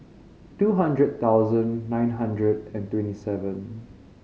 two hundred thousand nine hundred and twenty seven